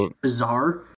bizarre